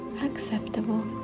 acceptable